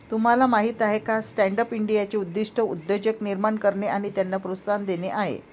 तुम्हाला माहीत आहे का स्टँडअप इंडियाचे उद्दिष्ट उद्योजक निर्माण करणे आणि त्यांना प्रोत्साहन देणे आहे